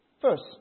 First